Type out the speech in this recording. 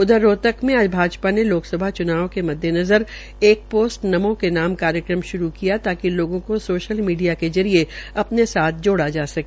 उधर रोहतक में आज भाजपा ने लोकसभा च्नाव के मददेनज़र एक पोस्ट नमो के नाम कार्यक्रम श्रू किया ताकि लोगों को सोशल मीडिया के जरिये अपने साथ जोड़ा जा सके